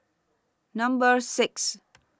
Number six